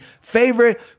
favorite